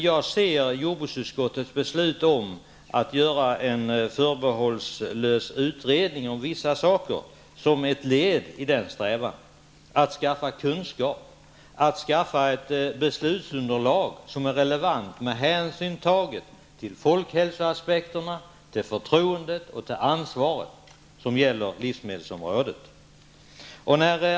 Jag ser jordbruksutskottets beslut om att en förbehållslös utredning skall göras om vissa saker som ett led i strävan att skaffa kunskap och ett beslutsunderlag som är relevant med hänsyn tagen till folkhälsoaspekterna, förtroendet och ansvaret på livsmedelsområdet.